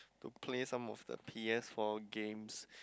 to play some of the P_S four games